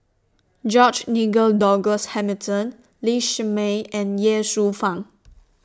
George Nigel Douglas Hamilton Lee Shermay and Ye Shufang